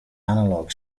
analog